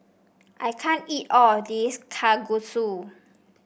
I can't eat all of this Kalguksu